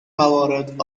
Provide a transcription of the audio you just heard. موارد